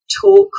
Talk